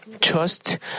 trust